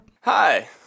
Hi